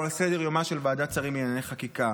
לא על סדר-יומה של ועדת השרים לענייני חקיקה.